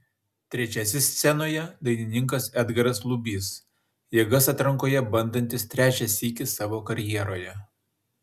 trečiasis scenoje dainininkas edgaras lubys jėgas atrankoje bandantis trečią sykį savo karjeroje